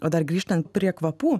o dar grįžtant prie kvapų